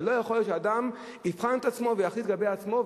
ולא יכול להיות שאדם יבחן את עצמו ויחליט לגבי עצמו,